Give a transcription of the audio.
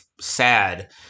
sad